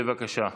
בבקשה.